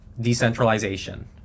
decentralization